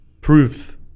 proof